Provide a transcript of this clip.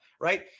right